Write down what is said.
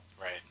Right